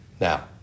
now